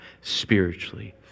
spiritually